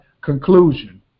conclusion